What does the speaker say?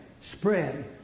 spread